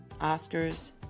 Oscars